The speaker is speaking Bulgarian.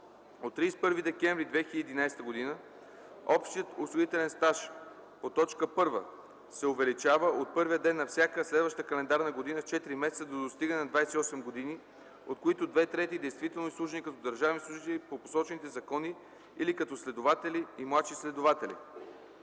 от 31 декември 2011 г. – общият осигурителен стаж по т. 1 се увеличава от първия ден на всяка следваща календарна година с 4 месеца до достигане на 28 години, от които две трети действително изслужени като държавни служители по посочените закони или като следователи и младши следователи.